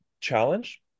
challenge